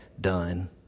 done